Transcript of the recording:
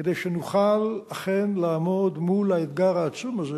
כדי שנוכל אכן לעמוד מול האתגר העצום הזה,